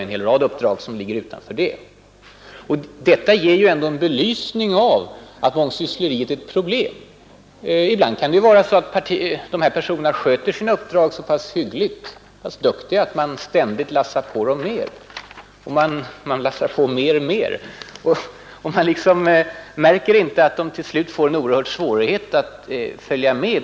En hel rad uppdrag låg utanför hans verksamhet i denna egenskap. Det ger en belysning av att mångsyssleriet är ett problem. Ibland kan det ju vara så att personerna i fråga sköter sina uppdrag så pass bra och är så pass duktiga att man ständigt lägger på dem mer arbete — man lägger mer på Mehr — men inte märker att de till slut får mycket stora svårigheter att följa med.